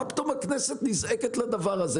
מה פתאום הכנסת נזעקת לדבר הזה?